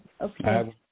Okay